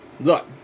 Look